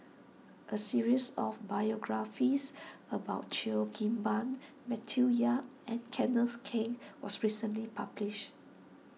a series of biographies about Cheo Kim Ban Matthew Yap and Kenneth Keng was recently published